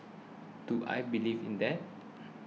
do I believe in that